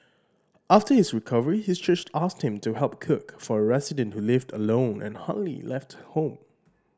after his recovery his church asked him to help cook for a resident who lived alone and hardly left home